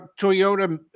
Toyota